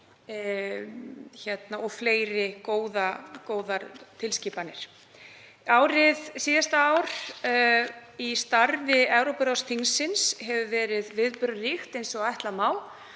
og fleiri góðar tilskipanir. Síðasta ár í starfi Evrópuráðsþingsins hefur verið viðburðaríkt eins og ætla má,